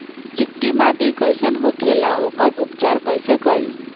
चिकटि माटी कई सन होखे ला वोकर उपचार कई से करी?